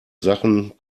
sachen